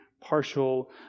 partial